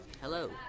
Hello